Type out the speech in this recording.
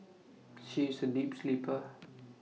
she is A deep sleeper